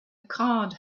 card